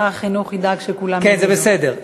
שר החינוך ידאג שכולם, כן, זה בסדר.